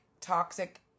toxic